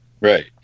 Right